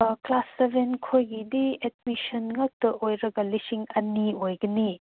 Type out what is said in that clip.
class seven ꯈꯣꯏꯒꯤꯗꯤ ꯑꯦꯗꯃꯤꯁꯟꯃꯨꯛꯇ ꯑꯣꯏꯔꯒ ꯂꯤꯁꯤꯡ ꯑꯅꯤ ꯑꯣꯏꯒꯅꯤ